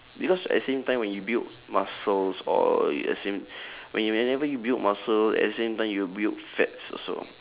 because at the same time when you build muscles or at the same when you whenever you build muscle at the same time you build fats also